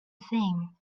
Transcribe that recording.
thing